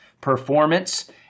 Performance